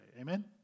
Amen